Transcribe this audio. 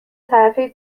طرفه